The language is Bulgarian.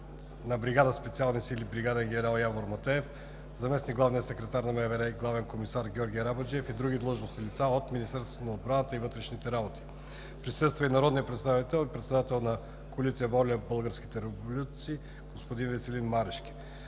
на бригада „Специални сили“ бригаден генерал Явор Матеев, заместник-главният секретар на МВР главен комисар Георги Арабаджиев и други длъжностни лица от министерствата на отбраната и вътрешните работи. Присъства и народният представител и председател на коалиция „ВОЛЯ – Българските Родолюбци“ Веселин Марешки.